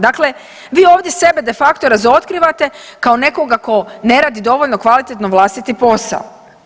Dakle vi ovdje sebe de facto razotkrivate kao nekoga tko ne radi dovoljno kvalitetno vlastiti posao.